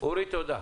אורי סירקיס, תודה.